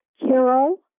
Carol